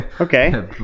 okay